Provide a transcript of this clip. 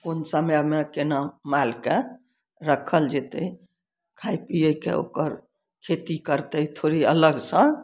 कोन समयमे केना मालके रक्खल जेतै खाए पियैके ओक्कर खेती करतै थोड़े अलगसँ